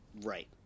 Right